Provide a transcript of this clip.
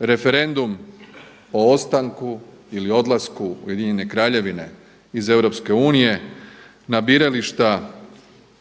Referendum o ostanku ili odlasku Ujedinjene Kraljevine iz EU na birališta